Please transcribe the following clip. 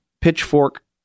pitchfork